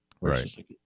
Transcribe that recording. Right